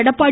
Edappadi